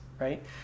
right